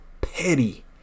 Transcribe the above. petty